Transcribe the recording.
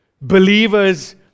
believers